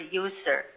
user